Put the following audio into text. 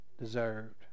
deserved